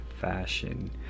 fashion